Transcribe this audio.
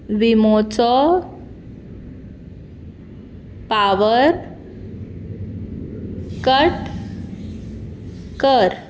विमोचो power cut कर